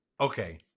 okay